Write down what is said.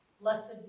Blessed